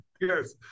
yes